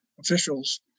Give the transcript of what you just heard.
officials